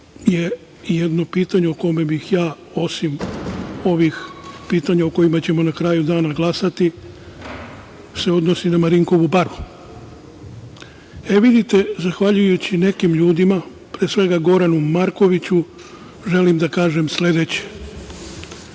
je jedno pitanje o kome bih ja osim ovih pitanja o kojima ćemo na kraju dana glasati, a odnosi se na Marinkovu baru. Vidite, zahvaljujući nekim ljudima, pre svega Goranu Markoviću, želim da kažem